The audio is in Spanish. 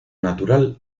natural